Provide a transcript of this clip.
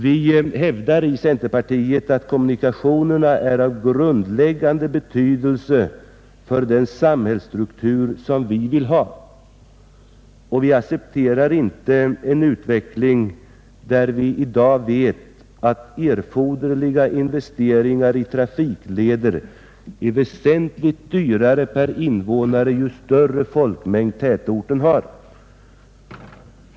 Vi hävdar i centerpartiet att kommunikationerna är av grundläggande betydelse för den samhällsstruktur som vi vill ha, och vi accepterar inte en utveckling som vi i dag vet innebär att erforderliga investeringar i trafikleder blir väsentligt dyrare per invånare ju större folkmängd tätorten har.